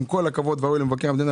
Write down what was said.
עם כל הכבוד הראוי למבקר המדינה,